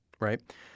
right